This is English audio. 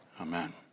Amen